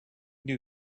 new